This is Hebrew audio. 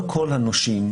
לא כל הנושים,